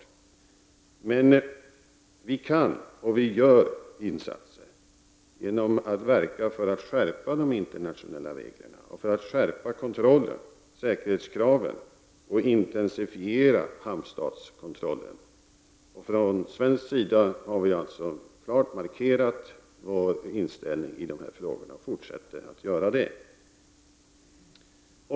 Vi kan emel lertid göra — och vi gör — insatser genom att verka för en skärpning av de internationella reglerna och för att skärpa kontrollen och säkerheten samt för att intensifiera hamnstadskontrollen. Från svensk sida har vi klart markerat vår ståndpunkt och vi fortsätter att göra det.